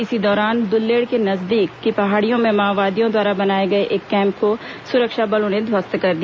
इसी दौरान दुल्लेड़ के नजदीक की पहाड़ियों में माओवादियों द्वारा बनाए गए एक कैंप को सुरक्षा बलों ने ध्वस्त कर दिया